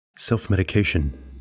Self-medication